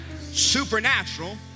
supernatural